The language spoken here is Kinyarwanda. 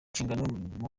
inshingano